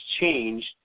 changed